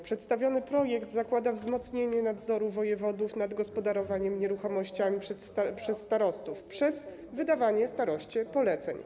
Przedstawiony projekt zakłada wzmocnienie nadzoru wojewodów nad gospodarowaniem nieruchomościami przez starostów poprzez wydawanie staroście poleceń.